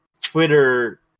Twitter